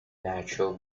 natural